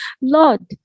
Lord